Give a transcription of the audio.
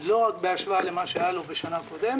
לא רק בהשוואה למה שהיה לו בשנה הקודמת